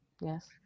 Yes